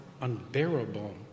unbearable